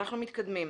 אנחנו מתקדמים.